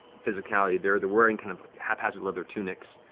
physicality. they're they're wearing kind of haphazard leather tunics,